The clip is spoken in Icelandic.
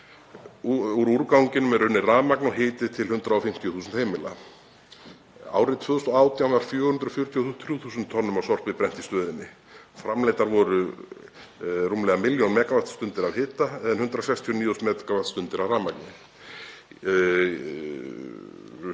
Úr úrganginum er unnið rafmagn og hiti til um 150.000 heimila. Árið 2018 var 443.000 tonnum af sorpi brennt í stöðinni. Framleiddar voru 1.090.000 megavattstundir af hita en 169.000 megavattstundir af rafmagni.